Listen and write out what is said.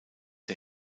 der